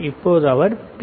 இப்போது அவர் பி